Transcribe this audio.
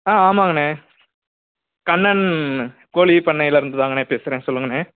ஆ ஆமாங்கண்ணே கண்ணன் கோழி பண்ணையில் இருந்து தாங்கண்ணே பேசுறேன் சொல்லுங்கண்ணே